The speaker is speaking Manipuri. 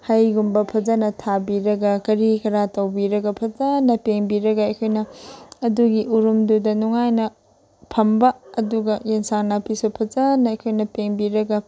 ꯍꯩꯒꯨꯝꯕ ꯐꯖꯅ ꯊꯥꯕꯤꯔꯒ ꯀꯔꯤ ꯀꯔꯥ ꯇꯧꯕꯤꯔꯒ ꯐꯖꯅ ꯄꯦꯡꯕꯤꯔꯒ ꯑꯩꯈꯣꯏꯅ ꯑꯗꯨꯒꯤ ꯎꯔꯨꯝꯗꯨꯗ ꯅꯨꯡꯉꯥꯏꯅ ꯐꯝꯕ ꯑꯗꯨꯒ ꯌꯦꯟꯁꯥꯡ ꯅꯥꯄꯤꯁꯨ ꯐꯖꯅ ꯑꯩꯈꯣꯏꯅ ꯄꯦꯡꯕꯤꯔꯒ